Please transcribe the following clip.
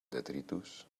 detritus